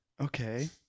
Okay